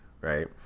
right